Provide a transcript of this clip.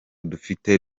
dufite